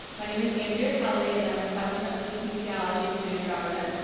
my name is andrea kelly and i'm the president of the kinesiology student government,